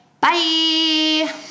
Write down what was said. bye